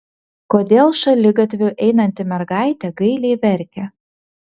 kodėl šaligatviu einanti mergaitė gailiai verkia